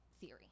theory